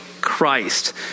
Christ